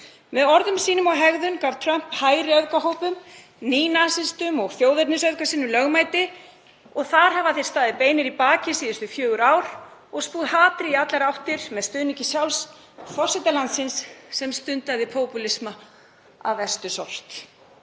Með orðum sínum og hegðun gaf Trump hægri öfgahópum, nýnasistum og þjóðernisöfgasinnum lögmæti og þar hafa þeir staðið beinir í baki síðustu fjögur ár og spúð hatri í allar áttir með stuðningi sjálfs forseta landsins sem stundaði popúlisma af verstu sort.